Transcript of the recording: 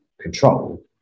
control